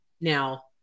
Now